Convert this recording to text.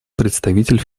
представитель